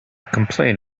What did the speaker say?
complain